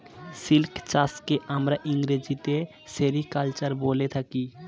silk চাষকে আমরা ইংরেজিতে সেরিকালচার বলে থাকি